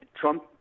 Trump